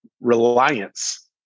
reliance